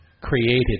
created